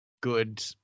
good